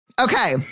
Okay